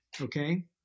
Okay